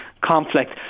Conflict